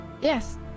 Yes